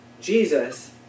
Jesus